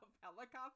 helicopter